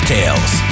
Tales